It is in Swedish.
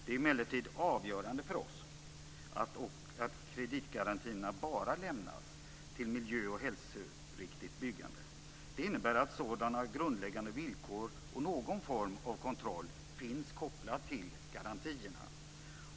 Det är emellertid avgörande för oss att kreditgarantierna bara lämnas till miljö och hälsoriktigt byggande. Det innebär att sådana grundläggande villkor och någon form av kontroll finns kopplade till garantierna.